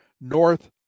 north